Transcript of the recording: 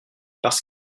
parce